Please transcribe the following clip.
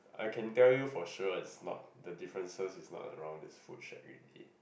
I can tell you for sure it's not the differences is not around this food shack already